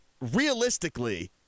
Realistically